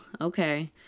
Okay